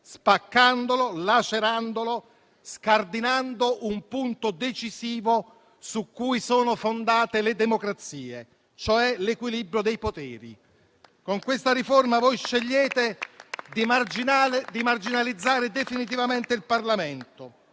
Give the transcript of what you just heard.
spaccandolo, lacerandolo e scardinando un punto decisivo su cui sono fondate le democrazie, cioè l'equilibrio dei poteri. Con questa riforma scegliete di marginalizzare definitivamente il Parlamento,